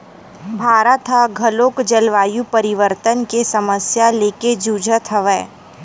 भारत ह घलोक जलवायु परिवर्तन के समस्या लेके जुझत हवय